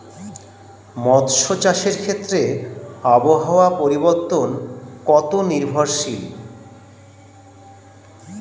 মৎস্য চাষের ক্ষেত্রে আবহাওয়া পরিবর্তন কত নির্ভরশীল?